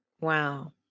Wow